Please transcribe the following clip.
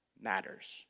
matters